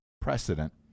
precedent